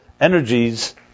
energies